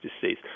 disease